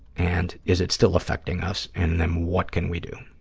and is it still affecting us, and then what can we do